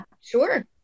sure